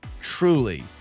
truly